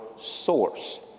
source